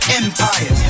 empire